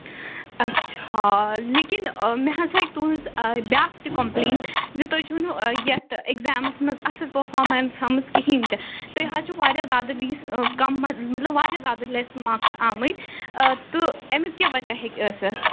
اچھا لیکِن آ مےٚ حظ آے تُہٕنٛز آ بیٛاکھ تہِ کمپلینٛٹ زِ تُہۍ چھِو نہٕ آ یَتھ ایٚکزامَس منٛز اَصٕل پٔرفارمیٚنٛس ہٲمٕژ کِہیٖنٛۍ تہِ تۅہہِ حظ چھِ واریاہ زیادٕ لیٖس آ کَم ما مطلَب واریاہ زیادٕ لیٚس مارکٕس آمٕتۍ تہٕ امیُک کیٛاہ وَجہ ہیٚکہِ ٲسِتھ